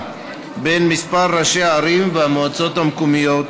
בין מספר ראשי הערים והמועצות המקומיות